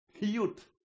youth